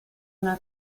una